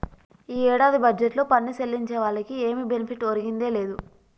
ఈ ఏడాది బడ్జెట్లో పన్ను సెల్లించే వాళ్లకి ఏమి బెనిఫిట్ ఒరిగిందే లేదు